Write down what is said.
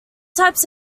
types